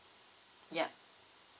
yeah